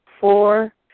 Four